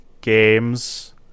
games